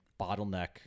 bottleneck